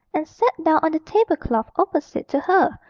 and sat down on the table-cloth opposite to her,